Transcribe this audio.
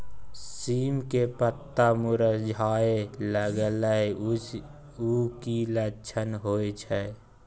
सीम के पत्ता मुरझाय लगल उ कि लक्षण होय छै?